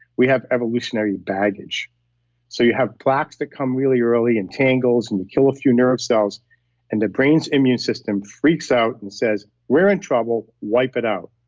we have evolutionary baggage so you have plaques that come really early and tangles and kill a few nerve cells and the brain's immune system freaks out and says, we're in trouble, wipe it out.